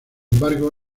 embargo